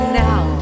now